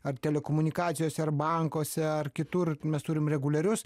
ar telekomunikacijose ar bankuose ar kitur mes turim reguliarius